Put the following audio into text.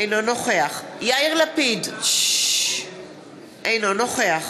אינו נוכח יאיר לפיד, אינו נוכח